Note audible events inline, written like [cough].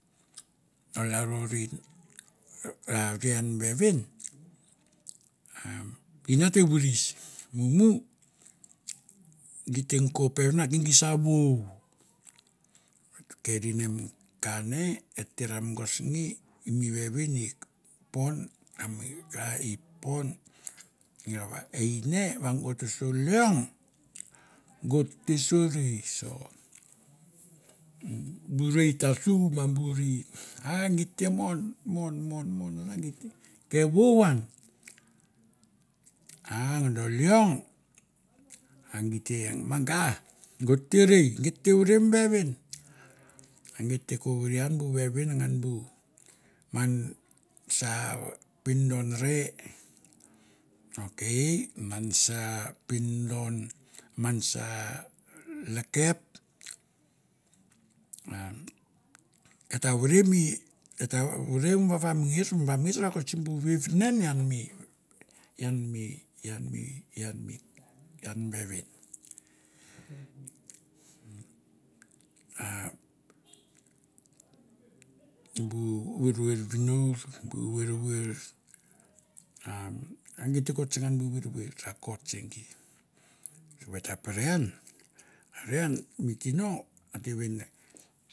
A lalro rei re ian mi vevin umm ine a te vuris. Mumu gi teng ko peiven va ke ngi sa vou, et keri ne mi ka ne, et te ra mogos nge mi vevin ipopon a mi ka ipopon nge va e ine va gor toso leong gor te so rei. So bu rei tasum ma bu rei, ah git te mon mon mon mon mon git te ke vou an ahh do leong a gi te eng manga gor te rei, geit te vore me vevin, a geit te ko vore an bu vevin ngan bu man sa pindon re, ok man sa pindon man sa lekep, [hesitation] eta vore mi, eta vore mi vavamger sen mi vavamger ta rakot simbu vevnen ian me, ian mi ian mi ian mi ian mi vevin [hesitation] bu verver vinor, bu verver [hesitation] a gi te ko tsang bu verver rakot se gi, so va e ta pere ian are ian mi tino ate ven ne